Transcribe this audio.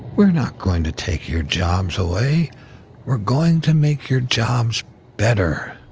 we're not going to take your jobs away we're going to make your jobs better.